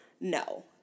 no